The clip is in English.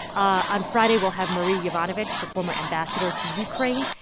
on friday, we'll have marie yovanovitch, the former ambassador to ukraine.